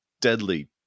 deadly